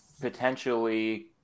potentially